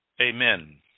amen